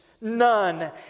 none